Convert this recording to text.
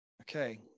okay